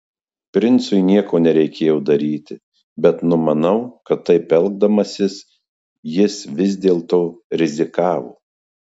princui nieko nereikėjo daryti bet numanau kad taip elgdamasis jis vis dėlto rizikavo